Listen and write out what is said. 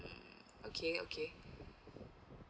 okay okay